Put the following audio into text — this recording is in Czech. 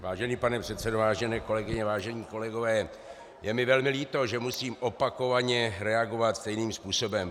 Vážený pane předsedo, vážené kolegyně, vážení kolegové, je mi velmi líto, že musím opakovaně reagovat stejným způsobem.